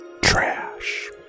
Trash